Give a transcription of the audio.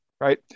right